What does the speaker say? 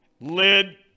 lid